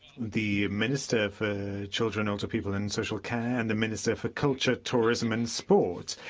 the minister for children, older people and social care and the minister for culture, tourism and sport.